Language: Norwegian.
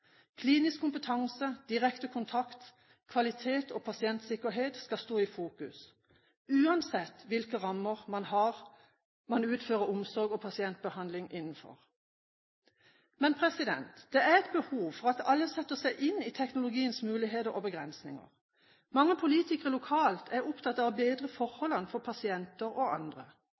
Klinisk kompetanse, direkte kontakt, kvalitet og pasientsikkerhet skal stå i fokus, uansett hvilke rammer man utfører omsorg og pasientbehandling innenfor. Men det er et behov for at alle setter seg inn i teknologiens muligheter og begrensninger. Mange politikere lokalt er opptatt av å bedre forholdene for pasienter og andre.